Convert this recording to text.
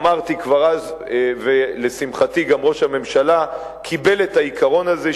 אמרתי כבר אז ולשמחתי גם ראש הממשלה קיבל את העיקרון הזה,